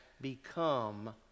become